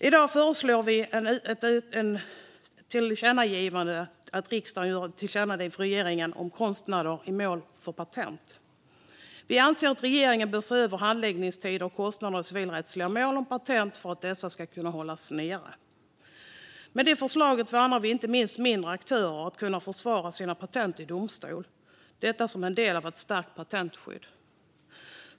I dag föreslår vi att riksdagen ska rikta ett tillkännagivande till regeringen om kostnader i mål om patent. Vi anser att regeringen bör se över handläggningstider och kostnader i civilrättsliga mål om patent för att dessa ska kunna hållas nere. Med det förslaget värnar vi inte minst mindre aktörer, så att de kan försvara sina patent i domstol, som en del av ett starkt patentskydd.